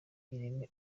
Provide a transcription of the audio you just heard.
ireme